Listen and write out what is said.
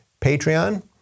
Patreon